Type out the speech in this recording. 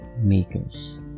makers